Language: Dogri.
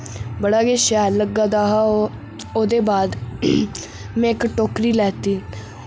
बड़ा गै शैल लग्गा दा हा ओह् ओह्दे बाद में इक टोकरी लैती